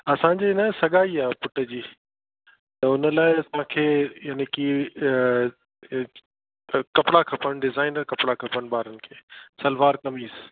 असांजी न सगाई आहे पुट जी त हुन लाइ असांखे यानी की कपिड़ा खपनि डिज़ाइनर कपिड़ा खपनि ॿारनि खे सलवार कमीज़